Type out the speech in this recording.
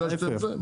להיפך.